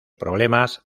problemas